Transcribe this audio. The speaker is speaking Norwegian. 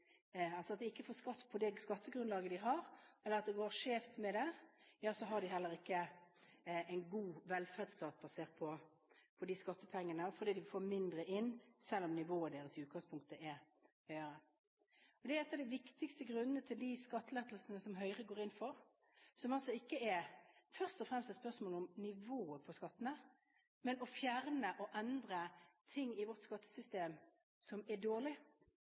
skatt på det skattegrunnlaget de har, eller at det går skjevt med det, får de heller ikke en god velferdsstat basert på de skattepengene, og de får mindre inn, selv om nivået i utgangspunktet er høyere. Dette er en av de viktigste grunnene for de skattelettelsene som Høyre går inn for. Det er ikke først og fremst et spørsmål om nivået på skattene, men om å fjerne og endre ting i vårt skattesystem som er dårlig.